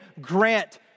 grant